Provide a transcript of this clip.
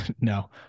No